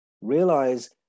realize